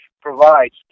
provides